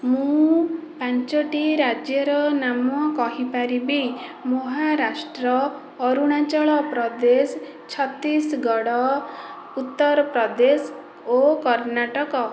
ମୁଁ ପାଞ୍ଚଟି ରାଜ୍ୟର ନାମ କହିପାରିବି ମହାରାଷ୍ଟ୍ର ଅରୁଣାଚଳପ୍ରଦେଶ ଛତିଶଗଡ଼ ଉତ୍ତରପ୍ରଦେଶ ଓ କର୍ଣ୍ଣାଟକ